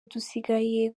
dusigaye